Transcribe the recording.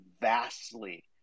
vastly